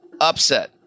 upset